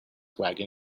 wagon